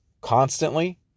constantly